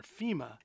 FEMA